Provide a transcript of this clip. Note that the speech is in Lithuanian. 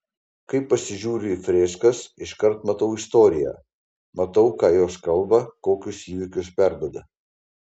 kai pasižiūriu į freskas iškart matau istoriją matau ką jos kalba kokius įvykius perduoda